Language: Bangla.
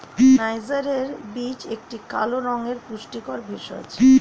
নাইজারের বীজ একটি কালো রঙের পুষ্টিকর ভেষজ